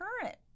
current